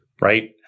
right